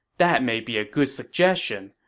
that may be a good suggestion,